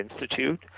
Institute